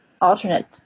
alternate